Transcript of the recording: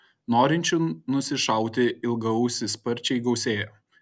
norinčių nusišauti ilgaausį sparčiai gausėja